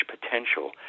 potential